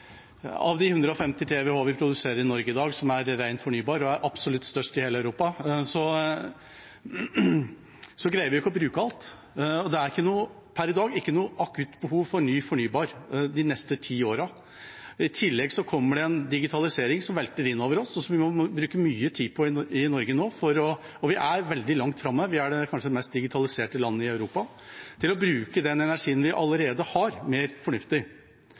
av kraftforsyningen fra vind. Vi produserer i Norge i dag 150 TWh ren fornybar og er absolutt størst i hele Europa. Vi greier vi ikke å bruke alt, og det er per i dag ikke noe akutt behov for ny fornybar de neste ti åra. I tillegg kommer det en digitalisering veltende inn over oss, og som vi må bruke mye tid på i Norge nå. Vi er veldig langt framme, vi er kanskje det mest digitaliserte landet i Europa når det kommer til å bruke den energien vi allerede har, mer fornuftig.